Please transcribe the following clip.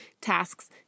tasks